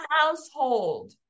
household